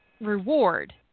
reward